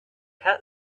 had